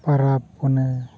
ᱯᱟᱨᱟᱵᱽ ᱯᱩᱱᱟᱹᱭ